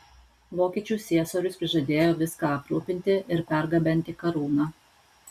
vokiečių ciesorius prižadėjo viską aprūpinti ir pergabenti karūną